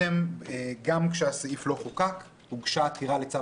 גם כשהסעיף לא חוקק הוגשה עתירה לצו